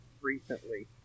recently